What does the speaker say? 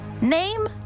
Name